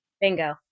Bingo